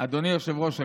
אדוני היושב-ראש,